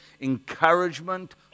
encouragement